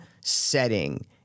setting